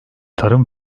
tarım